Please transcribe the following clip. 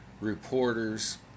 reporters